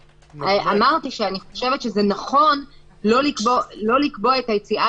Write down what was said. אמרתי שאני חושבת שזה נכון לא לקבוע את היציאה